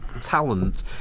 talent